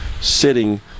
sitting